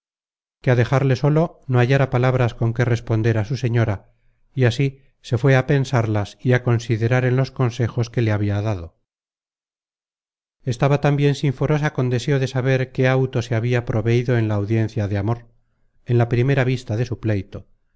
que á dejarle solo no hallara palabras con que responder á su señora y así se fué á pensarlas y á considerar en los consejos que le habia dado content from google book search generated at estaba tambien sinforosa con deseo de saber qué auto se habia proveido en la audiencia de amor en la primera vista de su pleito